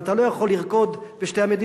אבל אתה לא יכול לרקוד בשתי המדינות.